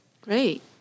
Great